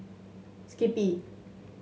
skippy